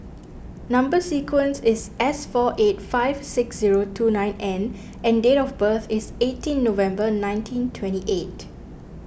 Number Sequence is S four eight five six zero two nine N and date of birth is eighteen November nineteen twenty eight